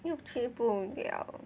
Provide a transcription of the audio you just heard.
又 kay 不了